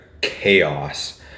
chaos